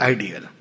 Ideal।